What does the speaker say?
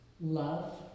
love